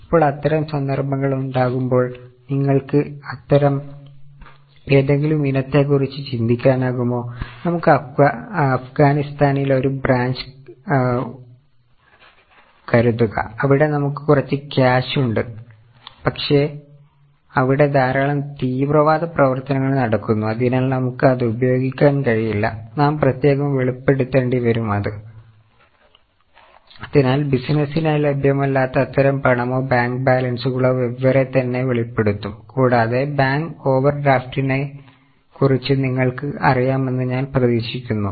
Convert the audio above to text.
ഇപ്പോൾ അത്തരം സന്ദർഭങ്ങൾ ഉണ്ടാകുമ്പോൾ നിങ്ങൾക്ക് അത്തരം ഏതെങ്കിലും ഇനത്തെക്കുറിച്ച് ചിന്തിക്കാനാകുമോ നമുക്ക് അഫ്ഗാനിസ്ഥാനിൽ ഒരു ബ്രാഞ്ച് നിങ്ങൾക്ക് അറിയാമെന്ന് ഞാൻ പ്രതീക്ഷിക്കുന്നു